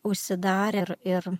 užsidarę ir ir